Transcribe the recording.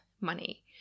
money